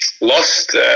lost